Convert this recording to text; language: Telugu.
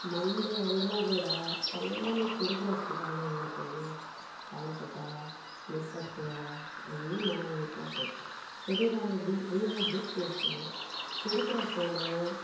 మండే ఎండలో కూడా చల్లని చెరుకు రసం తాగామనుకోండి అలసట నిస్సత్తువ అన్నీ మాయమైపోతాయి శరీరాన్ని డి రీహైడ్రేట్ చేస్తుంది చెరుకు రసంలో